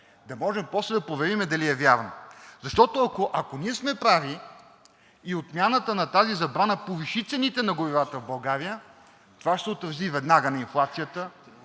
да можем после да проверим дали е вярно. Защото, ако ние сме прави и отмяната на тази забрана повиши цените на горивата в България, това ще се отрази веднага на инфлацията,